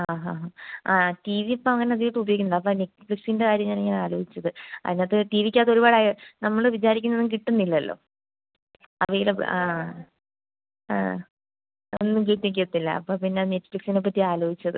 ആ ഹ ഹ ആ ടീവിയിപ്പോൾ അങ്ങനെ അധികമായിട്ട് ഉപയോഗിക്കുന്നില്ല അപ്പോൾ നെറ്റ്ഫ്ലിക്സിൻ്റെ കാര്യം ഞാനിങ്ങനെ ആലോചിച്ചത് അതിനകത്ത് ടീവിക്കകത്തൊരുപാടായാൽ നമ്മൾ വിചാരിക്കുന്നതൊന്നും കിട്ടുന്നില്ലല്ലോ അവൈലബിൾ ആ ആ ഒന്നും കിട്ടിക്കത്തില്ല അപ്പോൾ പിന്നെ നെറ്റ്ഫ്ലിക്സിനെപ്പറ്റി ആലോചിച്ചത്